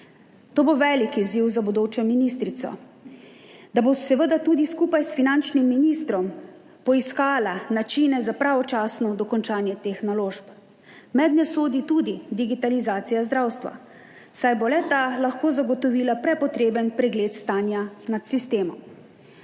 To bo velik izziv za bodočo ministrico, da bo seveda tudi skupaj s finančnim ministrom poiskala načine za pravočasno dokončanje teh naložb. Mednje sodi tudi digitalizacija zdravstva, saj bo le ta lahko zagotovila prepotreben pregled stanja nad sistemom.